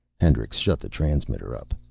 hendricks shut the transmitter up.